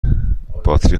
باتری